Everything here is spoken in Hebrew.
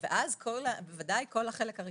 במקרה כזה בוודאי כל החלק הראשון,